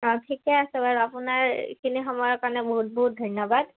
অঁ ঠিকে আছে বাৰু আপোনাৰ এইখিনি সময়ৰ কাৰণে বহুত বহুত ধন্যবাদ